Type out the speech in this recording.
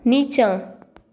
नीचाँ